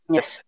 Yes